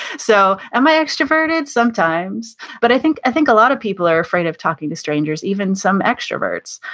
so, am i extroverted? sometimes. but i think i think a lot of people are afraid of talking to strangers, even some extroverts.